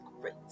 great